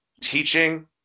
teaching